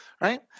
Right